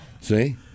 See